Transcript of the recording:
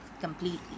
completely